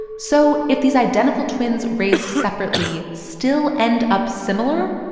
so if these identical twins raised separately still end up similar,